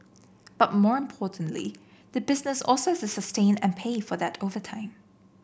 but more importantly the business also sustain and pay for that over time